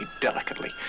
delicately